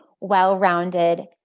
well-rounded